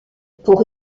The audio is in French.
pour